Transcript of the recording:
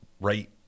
Right